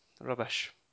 rubbish